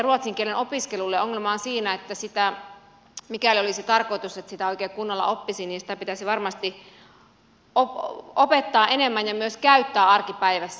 ruotsin kielen opiskelun ongelma on siinä että mikäli olisi tarkoitus että sitä oikein kunnolla oppisi niin sitä pitäisi varmasti opettaa enemmän ja myös käyttää arkipäivässä